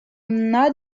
not